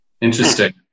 Interesting